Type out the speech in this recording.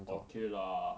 okay lah